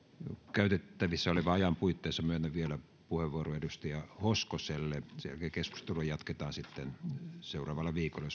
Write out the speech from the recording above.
käytettävissä olevan ajan puitteissa myönnän vielä puheenvuoron edustaja hoskoselle sen jälkeen keskustelua jatketaan sitten seuraavalla viikolla